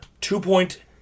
two-point